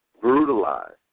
brutalized